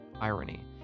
irony